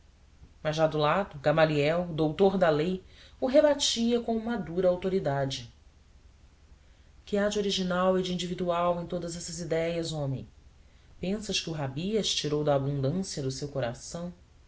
mas já do lado gamaliel doutor da lei o rebatia com uma dura autoridade que há de original e de individual em todas essas idéias homem pensas que o rabi as tirou da abundância do seu coração